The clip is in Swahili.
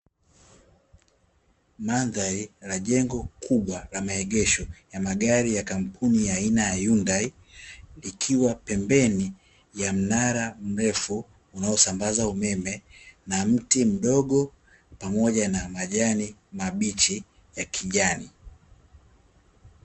Mandhari ya jengo kubwa la maegesho ya magali ya kampuni ya aina ya (Yundai), likiwa pembeni ya mnala mrefu, unaosambaza umeme na mti mingi pamoja na majani mabichi ya kijani.